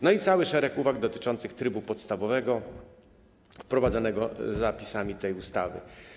No i mamy cały szereg uwag dotyczących trybu podstawowego wprowadzanego zapisami tej ustawy.